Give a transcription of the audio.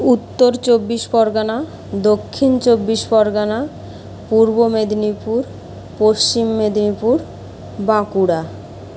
উত্তর চব্বিশ পরগনা দক্ষিণ চব্বিশ পরগনা পূর্ব মেদিনীপুর পশ্চিম মেদিনীপুর বাঁকুড়া